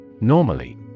Normally